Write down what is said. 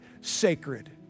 sacred